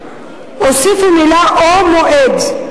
הוסיפו את המלים "או מועד".